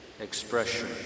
expression